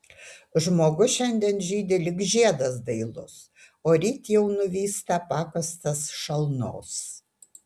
žmogus šiandien žydi lyg žiedas dailus o ryt jau nuvysta pakąstas šalnos